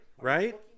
Right